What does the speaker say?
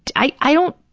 i i don't,